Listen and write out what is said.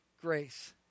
grace